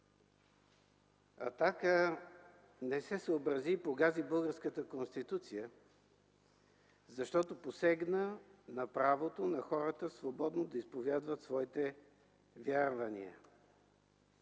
„Атака” не се съобрази и погази българската Конституция, защото посегна на правото на хората свободно да изповядват своите вярвания.